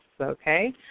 Okay